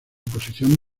posición